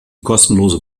kostenlose